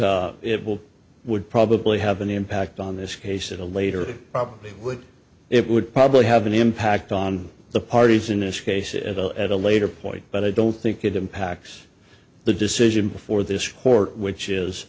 it it will would probably have an impact on this case at a later probably would it would probably have an impact on the parties in this case if at all at a later point but i don't think it impacts the decision before this court which is